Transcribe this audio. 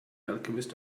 alchemist